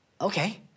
Okay